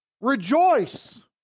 Rejoice